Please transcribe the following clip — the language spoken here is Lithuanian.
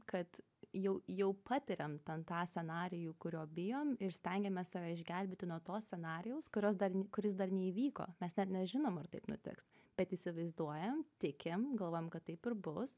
kad jau jau patiriam ten tą scenarijų kurio bijom ir stengiamės save išgelbėti nuo to scenarijaus kurios dar kuris dar neįvyko mes net nežinom ar taip nutiks bet įsivaizduojam tikim galvojam kad taip ir bus